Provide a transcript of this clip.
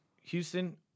Houston